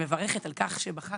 אני מברכת על כך שבחרת,